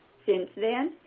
since then,